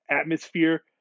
atmosphere